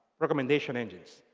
recommendation engines.